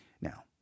Now